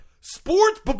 Sports